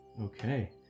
okay